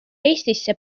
eestisse